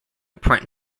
print